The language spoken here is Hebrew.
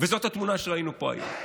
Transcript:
וזאת התמונה שראינו פה היום.